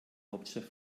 hauptstadt